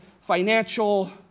financial